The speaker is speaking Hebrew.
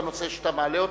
לנושא שאתה מעלה.